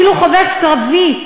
אפילו חובש קרבי,